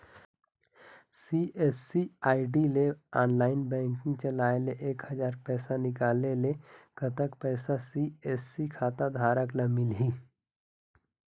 CSC ID ले online banking चलाए ले एक हजार पैसा निकाले ले कतक पैसा सी.एस.सी खाता धारक ला मिलही?